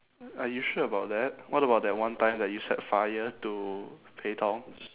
are you sure about that what about that one time that you set fire to pei tong